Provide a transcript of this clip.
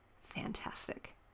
fantastic